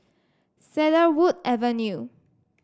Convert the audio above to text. Cedarwood Avenue